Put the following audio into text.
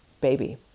baby